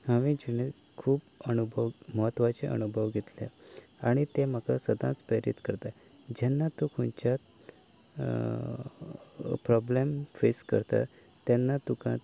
हांवें जिणेंत खूब अणभव म्हत्वाचें अणभव घेतल्या आनी ते म्हाका सदांच प्रेरीत करता जेन्ना तूं खंयच्याच प्रोब्लेम फेस करता तेन्ना तुका